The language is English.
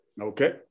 Okay